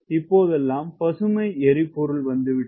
இப்போதெல்லாம் பசுமை எரிபொருள் வந்துவிட்டது